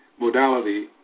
modality